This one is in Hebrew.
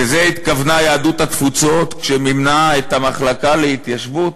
לזה התכוונה יהדות התפוצות כשמימנה את המחלקה להתיישבות?